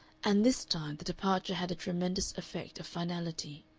and this time the departure had a tremendous effect of finality.